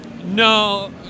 No